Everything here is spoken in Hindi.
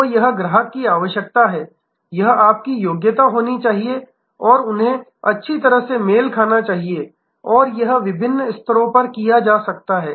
तो यह ग्राहक की आवश्यकता है यह आपकी योग्यता होनी चाहिए और उन्हें अच्छी तरह से मेल खाना चाहिए और यह विभिन्न स्तरों पर किया जा सकता है